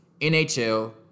NHL